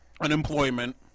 unemployment